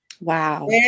Wow